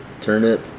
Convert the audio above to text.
turnip